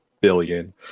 billion